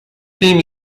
team